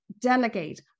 delegate